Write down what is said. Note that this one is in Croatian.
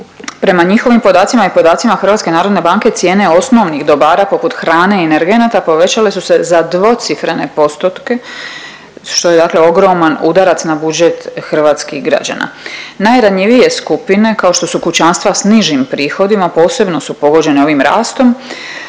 Prema njihovim podacima i podacima HNB-a cijene osnovnih dobara poput hrane i energenata povećale su se za dvocifrene postotke što je dakle ogroman udarac na budžet hrvatskih građana. Najranjivije skupine kao što su kućanstva s nižim prihodima posebno su pogođena ovim rastom